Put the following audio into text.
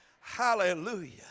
Hallelujah